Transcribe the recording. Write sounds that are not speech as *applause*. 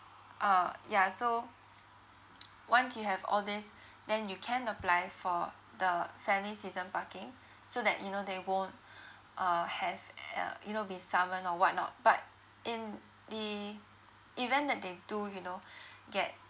uh ya so *noise* once you have all these then you can apply for the family season parking so that you know they won't uh have uh you know be summoned or whatnot but in the event that they do you know get